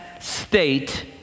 state